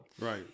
Right